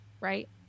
right